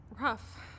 rough